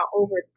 over